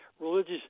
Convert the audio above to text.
religious